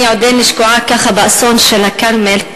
אני עודני שקועה באסון של הכרמל,